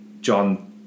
John